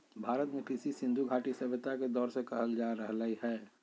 भारत में कृषि सिन्धु घटी सभ्यता के दौर से कइल जा रहलय हें